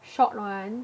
short one